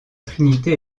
trinité